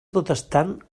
protestant